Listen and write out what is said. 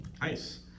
Nice